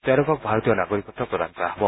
তেওঁলোকক ভাৰতীয় নাগৰিকত্ব প্ৰদান কৰা হ'ব